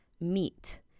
meet